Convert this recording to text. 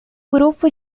grupo